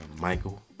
Michael